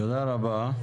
תודה רבה.